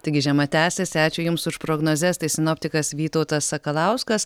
taigi žiema tęsiasi ačiū jums už prognozes tai sinoptikas vytautas sakalauskas